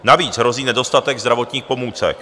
Navíc hrozí nedostatek zdravotních pomůcek.